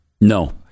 No